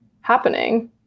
happening